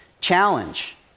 challenge